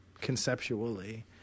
conceptually